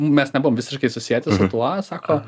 mes nebuvom visiškai susieti su tuo sako